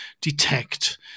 detect